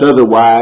otherwise